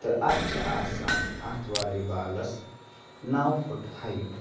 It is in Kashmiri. تہٕ اَتھ چھِ آسان اَتھ والی بالَس نَو پھٕٹہٕ ہایٹ